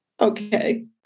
okay